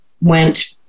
went